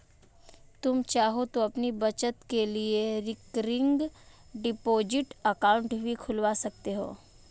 तुम चाहो तो अपनी बचत के लिए रिकरिंग डिपॉजिट अकाउंट भी खुलवा सकते हो